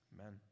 Amen